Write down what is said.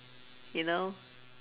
you know